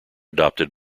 adopted